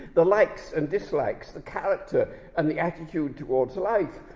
the likes and dislikes, the character and the attitude towards life,